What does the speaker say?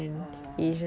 oh